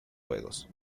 juegos